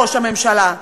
ראש הממשלה,